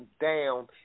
down